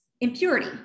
impurity